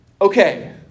Okay